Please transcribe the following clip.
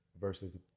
versus